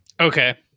Okay